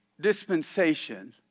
dispensation